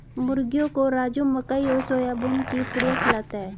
मुर्गियों को राजू मकई और सोयाबीन की पुड़िया खिलाता है